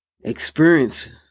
Experience